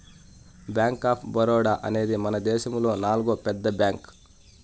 bank of Baroda అనేది మనదేశములో నాల్గో పెద్ద బ్యాంక్